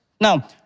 Now